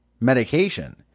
medication